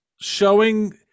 showing